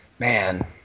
Man